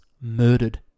murdered